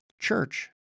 church